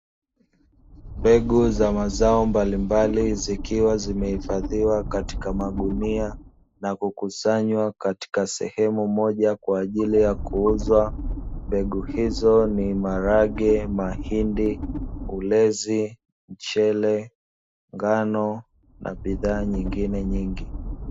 Mbegu za mazao mbalimbali zikiwa zimehifadhiwa katika magunia na kukusanya katika sehemu moja kwa ajili kuuza; mbegu hizo ni: maharage, mahindi, ulezi, mchele, ngano, na bidhaa nyingine nyingi.